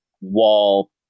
wall